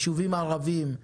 יישובים ערביים,